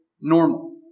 normal